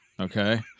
Okay